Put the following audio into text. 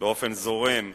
באופן זורם וישיר,